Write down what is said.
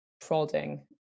prodding